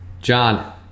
John